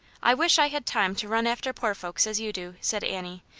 i wish i had time to run after poor folks as you do, said annie,